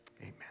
amen